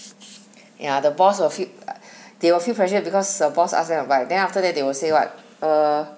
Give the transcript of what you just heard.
ya the boss will fe~ uh they will feel pressure because the boss ask them to buy then after that they will say what err